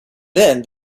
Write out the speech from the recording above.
then